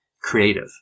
creative